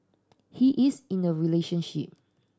he is in a relationship